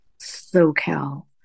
SoCal